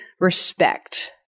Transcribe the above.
respect